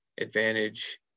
advantage